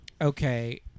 Okay